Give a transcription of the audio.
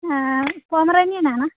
Pomeranian ആണ്